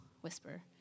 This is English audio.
whisper